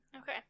Okay